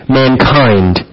mankind